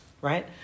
right